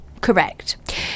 Correct